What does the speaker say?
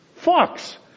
Fox